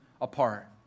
apart